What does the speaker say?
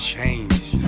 Changed